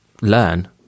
learn